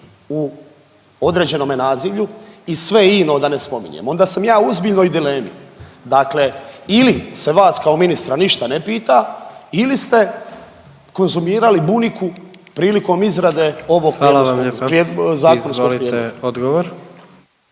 u određenome nazivlju i sve i-no da ne spominjem. Onda sam ja u ozbiljnoj dilemi. Dakle ili se vas kao ministra ništa ne pita ili ste konzumirali buniku prilikom izrade ovog… .../Upadica: Hvala vam lijepa./... … .../Govornik